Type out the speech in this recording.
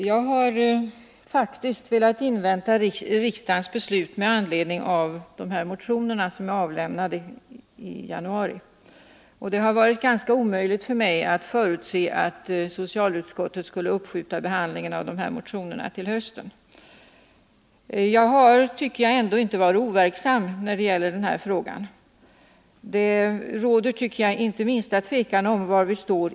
Herr talman! Jag har velat invänta riksdagens beslut med anledning av de motioner som avlämnades i januari. Det har varit omöjligt för mig att förutse att socialutskottet skulle uppskjuta behandlingen av dessa motioner till hösten. Jag tycker dock att jag inte har varit overksam när det gäller den här frågan. Det råder som jag ser det inte minsta tvivel om var vi står.